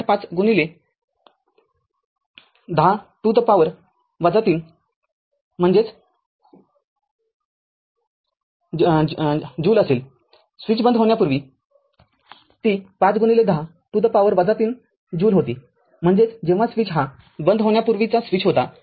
५१० to the power ३ ज्यूलम्हणजेचस्विच बंद होण्यापूर्वी ती ५१० to the power ३ ज्यूल होतीम्हणजेच जेव्हा स्विच हा बंद होण्यापूर्वीचा स्विच होता